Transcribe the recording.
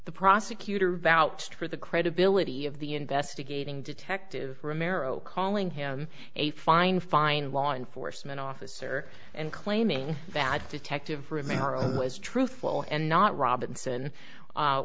the prosecutor vouched for the credibility of the investigating detective calling him a fine fine law enforcement officer and claiming that detective or america was truthful and not robinson